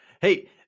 Hey